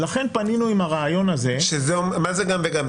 ולכן פנינו עם הרעיון הזה --- מה זה "גם וגם"?